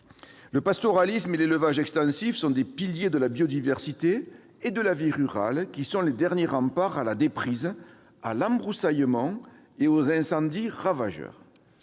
Le pastoralisme et l'élevage extensif sont des piliers de la biodiversité et de la vie rurale qui sont les derniers remparts contre la déprise, l'embroussaillement et les incendies ravageurs.